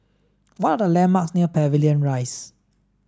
what are the landmarks near Pavilion Rise